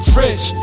rich